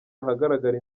ahagaragara